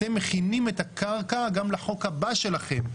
אתם מכינים את הקרקע גם לחוק הבא שלכם,